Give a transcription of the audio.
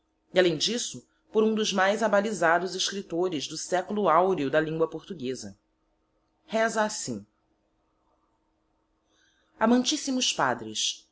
e além d'isso por um dos mais abalizados escriptores do seculo aureo da lingua portugueza reza assim amantissimos padres